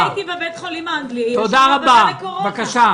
הייתי בבית החולים האנגלי, יש שם מעבדה לקורונה.